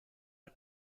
dal